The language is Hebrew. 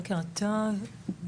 בוקר טוב,